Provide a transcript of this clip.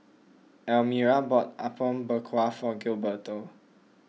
Elmyra bought Apom Berkuah for Gilberto